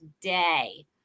today